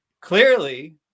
clearly